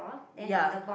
ya